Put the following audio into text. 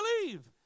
believe